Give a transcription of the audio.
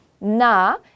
Na